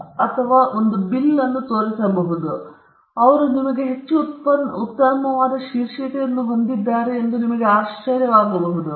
ಈಗ ಅದು ಹಿಂಬದಿಯ ಮೇಲೆ ಹಿಂಬದಿಯ ಹೆಜ್ಜೆಯಾಗಿ ಇರಿಸಬಹುದು ಅವರು ನಿಮಗೆ ಹೆಚ್ಚು ಉತ್ತಮವಾದ ಶೀರ್ಷಿಕೆಯನ್ನು ಹೊಂದಿದ್ದಾರೆ ಎಂದು ನಿಮಗೆ ಆಶ್ಚರ್ಯವಾಗಬಹುದು